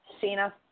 Cena